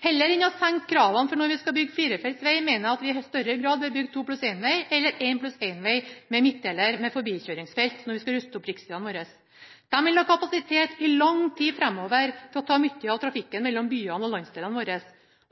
Heller enn å senke kravene for når vi skal bygge firefeltsveg, mener jeg at vi i større grad bør bygge to-pluss-en-veg eller en-pluss-en-veg med midtdeler med forbikjøringsfelt når vi skal ruste opp riksvegene våre. De vil ha kapasitet i lang tid framover til å ta mye av trafikken mellom byene og landsdelene våre.